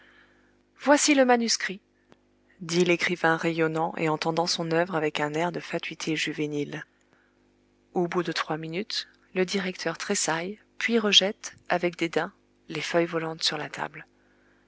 voici le manuscrit dit l'écrivain rayonnant et en tendant son œuvre avec un air de fatuité juvénile au bout de trois minutes le directeur tressaille puis rejette avec dédain les feuilles volantes sur la table